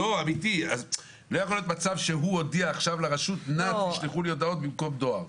לא יכול להיות שהוא הודיע עכשיו לרשות: נא לשלוח הודעות במקום דואר.